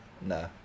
No